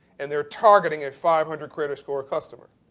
and they're targeting a five hundred credit score customer.